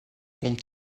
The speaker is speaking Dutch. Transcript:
komt